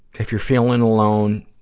if you're feeling alone,